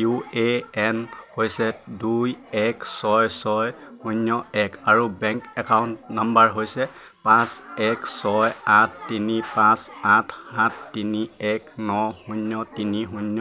U A N হৈছে দুই এক ছয় ছয় শূন্য এক আৰু বেংক একাউণ্ট নম্বৰ হৈছে পাঁচ এক ছয় আঠ তিনি পাঁচ আঠ সাত তিনি এক ন শূন্য তিনি শূন্য